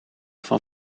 van